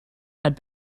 had